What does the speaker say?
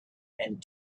and